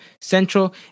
Central